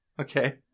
Okay